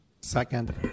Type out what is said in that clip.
Second